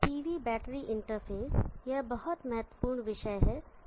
PV battery interface यह बहुत महत्वपूर्ण विषय है